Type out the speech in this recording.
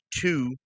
two